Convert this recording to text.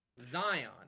zion